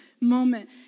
moment